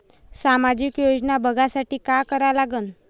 सामाजिक योजना बघासाठी का करा लागन?